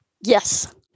Yes